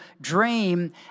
dream